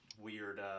weird